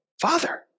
Father